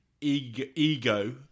ego